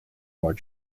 more